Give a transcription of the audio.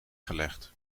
gelegd